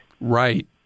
Right